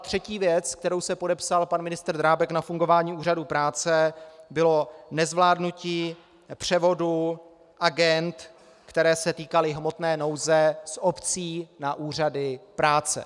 Třetí věc, pod kterou se podepsal pan ministr Drábek na fungování úřadů práce, bylo nezvládnutí převodu agend, které se týkaly hmotné nouze, z obcí na úřady práce.